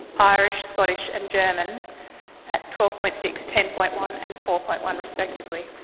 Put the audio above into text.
irish, scottish and german at twelve point six, ten point one and four point one respectively.